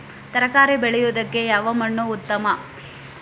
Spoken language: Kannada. ತರಕಾರಿ ಬೆಳೆಯಲಿಕ್ಕೆ ಯಾವ ಮಣ್ಣು ಉತ್ತಮ?